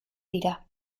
dira